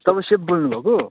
तपाईँ सेफ बोल्नु भएको